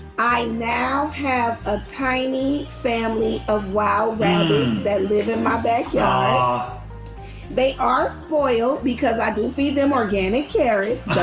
i now have a tiny family of wild rabbits that live in my backyard. mm ah they are spoiled because i do feed them organic carrots,